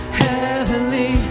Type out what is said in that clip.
heavenly